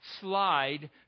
slide